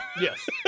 Yes